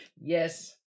Yes